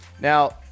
Now